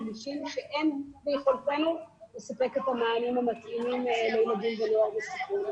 מרגישים שאין ביכולתנו לספק את המענים המתאימים לילדים ונוער בסיכון.